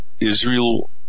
Israel